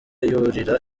yurira